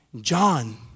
John